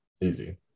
Easy